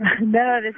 No